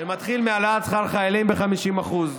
שמתחיל מהעלאת שכר החיילים ב-50%;